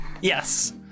Yes